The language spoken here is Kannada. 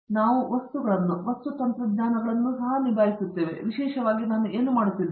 ನಾವು ವಸ್ತುಗಳನ್ನು ವಸ್ತು ತಂತ್ರಜ್ಞಾನಗಳನ್ನು ಸಹ ನಿಭಾಯಿಸುತ್ತೇವೆ ಮತ್ತು ವಿಶೇಷವಾಗಿ ನಾನು ಏನು ಮಾಡುತ್ತಿದ್ದೇನೆ